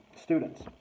students